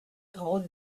route